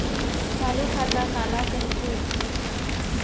चालू खाता काला कहिथे?